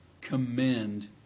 commend